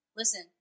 Listen